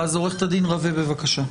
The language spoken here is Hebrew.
עו"ד רווה, בבקשה.